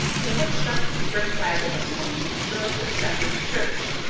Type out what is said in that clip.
we hitched up the spring wagon this morning and drove to the centre to church.